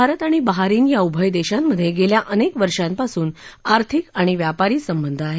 भारत आणि बहारीन या उभय देशांमध्ये गेल्या अनेक वर्षापासून आर्थिक आणि व्यापारी संबंध आहेत